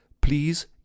please